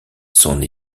son